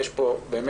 יש פה השלכות